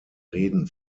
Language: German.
reden